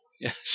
yes